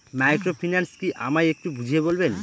Microfinance কি আমায় একটু বুঝিয়ে বলবেন?